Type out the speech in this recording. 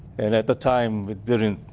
and at the time, we didn't,